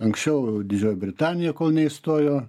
anksčiau didžioji britanija kol neišstojo